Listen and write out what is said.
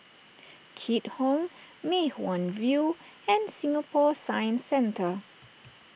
Keat Hong Mei Hwan View and Singapore Science Centre